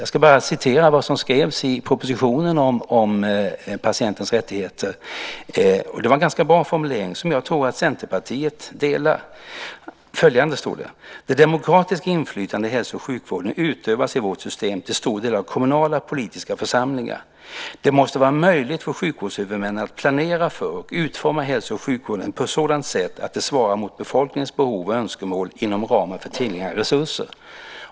Jag ska bara återge vad som skrevs i propositionen om patientens rättigheter. Det är en ganska bra formulering, som jag tror att Centerpartiet delar. Det står följande: Det demokratiska inflytandet i hälso och sjukvården utövas i vårt system till stor del av kommunala och politiska församlingar. Det måste vara möjligt för sjukvårdshuvudmännen att planera för och utforma hälso och sjukvården på sådant sätt att det svarar mot befolkningens behov och önskemål inom ramen för tillgängliga resurser.